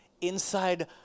inside